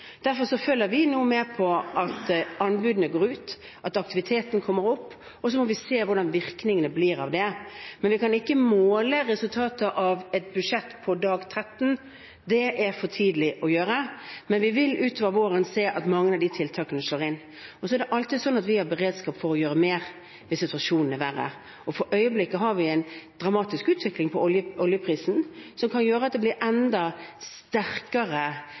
Derfor følger vi nå med på at anbudene går ut, og at aktiviteten kommer opp, og vi må se hvordan virkningene blir av det. Vi kan ikke måle resultatet av et budsjett på dag 13. Det er for tidlig, men utover våren vil vi se at mange av tiltakene slår inn. Og det er alltid slik at vi har beredskap for å gjøre mer hvis situasjonen blir verre. For øyeblikket har vi en dramatisk utvikling for oljeprisen, og det kan gi enda sterkere effekter i olje- og gassnæringene. Men det